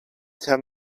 tell